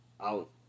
out